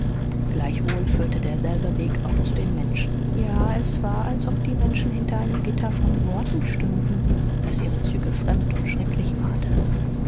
gleichwohl führte derselbe weg auch zu den menschen ja es war als ob die menschen hinter einem gitter von worten stünden das ihre züge fremd und schrecklich machte